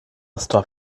stop